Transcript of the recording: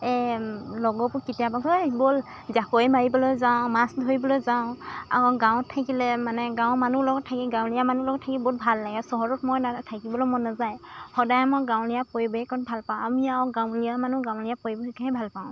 এই লগবোৰ কেতিয়াবা কয় অই ব'ল জাকৈ মাৰিবলৈ যাওঁ মাছ ধৰিবলৈ যাওঁ আৰু গাঁৱত থাকিলে মানে গাঁৱৰ মানুহ লগত থাকি গাঁৱলীয়া মানুহ লগত থাকি বহুত ভাল লাগে চহৰত মই থাকিবলৈ মন নাযায় সদায় মই গাঁৱলীয়া পৰিৱেশত ভাল পাওঁ আমি আৰু গাঁৱলীয়া মানুহ গাঁৱলীয়া পৰিৱেশহে ভাল পাওঁ